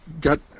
got